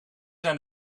zijn